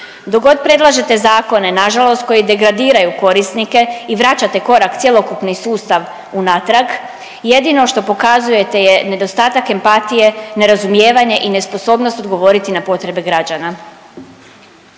Dok god predlažete zakone, nažalost, koji degradiraju korisnike i vraćate korak cjelokupni sustav unatrag, jedino što pokazujete je nedostatak empatije, nerazumijevanje i nesposobnost odgovoriti na potrebe građana.